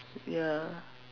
ya